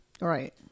Right